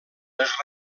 les